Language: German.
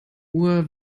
uhr